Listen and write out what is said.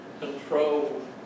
control